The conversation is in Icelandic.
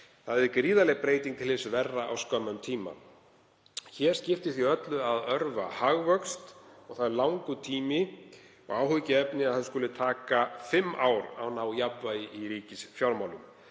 Það er gríðarleg breyting til hins verra á skömmum tíma. Hér skiptir því öllu að örva hagvöxt og það er langur tími og áhyggjuefni að það skuli taka fimm ár að ná jafnvægi í ríkisfjármálum.